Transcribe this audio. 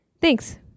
Thanks